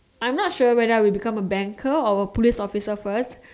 I'm not sure whether I will become a banker or a police officer first